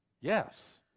Yes